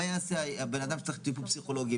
מה יעשה הבנאדם שצריך טיפול פסיכולוגי,